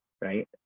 right